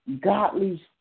godly